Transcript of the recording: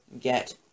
get